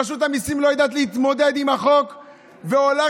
רשות המיסים לא יודעת להתמודד עם החוק והולכת,